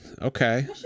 okay